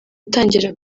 atangira